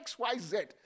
XYZ